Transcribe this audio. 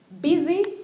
Busy